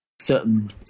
certain